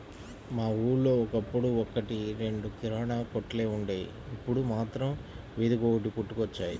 మా ఊళ్ళో ఒకప్పుడు ఒక్కటి రెండు కిరాణా కొట్లే వుండేవి, ఇప్పుడు మాత్రం వీధికొకటి పుట్టుకొచ్చాయి